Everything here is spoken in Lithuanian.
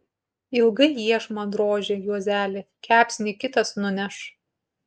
ilgai iešmą droži juozeli kepsnį kitas nuneš